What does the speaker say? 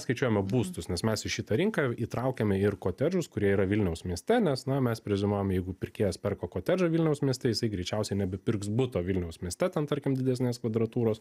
skaičiuojame būstus nes mes į šitą rinką įtraukiame ir kotedžus kurie yra vilniaus mieste nes na mes preziumuojam jeigu pirkėjas perka kotedžą vilniaus mieste jisai greičiausiai nebepirks buto vilniaus mieste ten tarkim didesnės kvadratūros